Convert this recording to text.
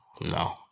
No